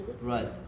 right